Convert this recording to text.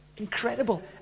Incredible